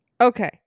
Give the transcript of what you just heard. Okay